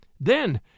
Then